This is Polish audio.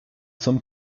com